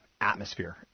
atmosphere